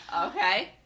Okay